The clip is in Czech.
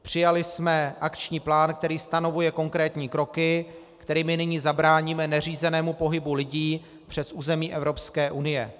Přijali jsme akční plán, který stanovuje konkrétní kroky, kterými nyní zabráníme neřízenému pohybu lidí přes území Evropské unie.